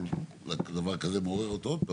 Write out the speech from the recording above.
כל דבר כזה מעורר אותו עוד פעם,